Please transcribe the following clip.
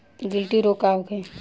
गिल्टी रोग का होखे?